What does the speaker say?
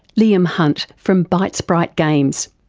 liam hunt from bytespite games.